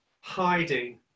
hiding